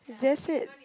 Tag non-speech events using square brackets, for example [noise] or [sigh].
that's it [noise]